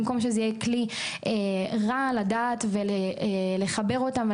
במקום שזה יהיה כלי לדעת ולחבר אותם,